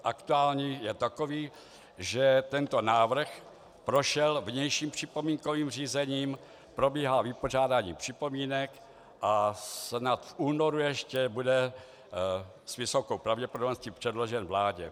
Aktuálně je takový, že tento návrh prošel vnějším připomínkovým řízením, probíhá vypořádání připomínek a snad v únoru ještě bude s vysokou pravděpodobností předložen vládě.